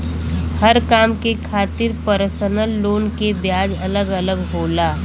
हर काम के खातिर परसनल लोन के ब्याज अलग अलग होला